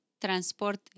transporte